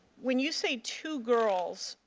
when you say two girls,